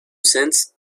cents